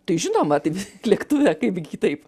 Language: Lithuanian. tai žinoma tai lėktuve kaipgi kitaip